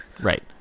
Right